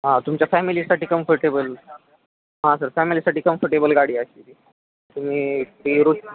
हां तुमच्या फॅमिलीसाठी कम्फर्टेबल हां सर फॅमिलीसाठी कम्फर्टेबल गाडी अशी ती तुम्ही ती रोज